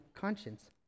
conscience